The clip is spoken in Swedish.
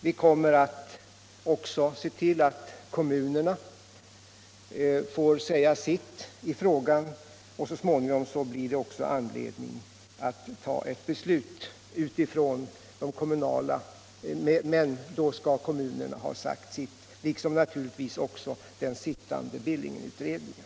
Vi kommer också att se till att kommunerna får säga sitt i frågan. Så småningom blir det också anledning att ta ett beslut, men då skall alltså kommunerna ha sagt sitt liksom naturligtvis också den sittande Billingenutredningen.